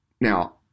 Now